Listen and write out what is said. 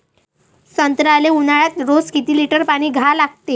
संत्र्याले ऊन्हाळ्यात रोज किती लीटर पानी द्या लागते?